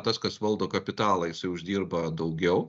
tas kas valdo kapitalą jisai uždirba daugiau